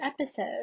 episode